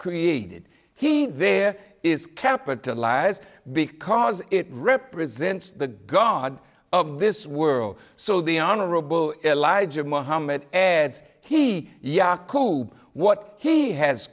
created he there is capitalize because it represents the god of this world so the honorable elijah muhammad had he yaku what he has